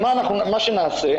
מה שנעשה,